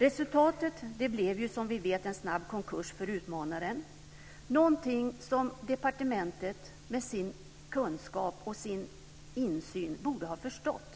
Resultatet blev som vi vet en snabb konkurs för utmanaren - någonting som departementet med sin kunskap och sin insyn borde ha förstått.